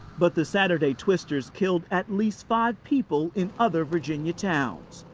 but the saturday twisters killed at least five people in other virginia towns.